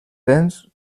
dents